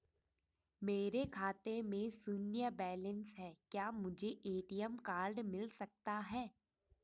मेरे खाते में शून्य बैलेंस है क्या मुझे ए.टी.एम कार्ड मिल सकता है?